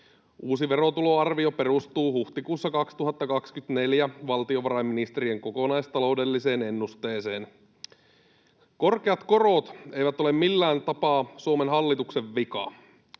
Uusi verotuloarvio perustuu huhtikuussa 2024 valtiovarainministeriön tekemään kokonaistaloudelliseen ennusteeseen. Korkeat korot eivät ole millään tapaa Suomen hallituksen vika.